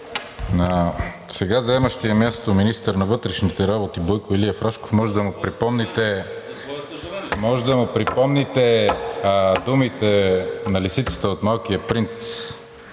сега заемащия място министър на вътрешните работи Бойко Илиев Рашков може да му припомните думите на лисицата от „Малкия принц“